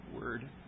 word